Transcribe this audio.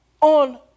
on